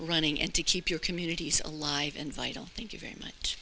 running and to keep your communities alive and vital thank you very much